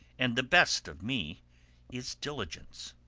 and the best of me is diligence.